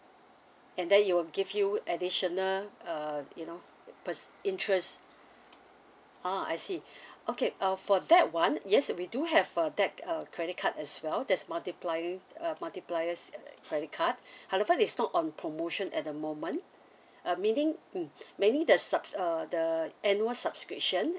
and then it will give you additional uh you know perc~ interest ah I see okay uh for that [one] yes we do have uh that uh credit card as well that's multiplying uh multipliers credit card however it's not on promotion at the moment uh meaning mm meaning the subs~ uh the annual subscription